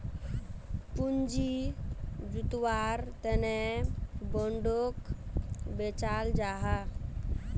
पूँजी जुत्वार तने बोंडोक बेचाल जाहा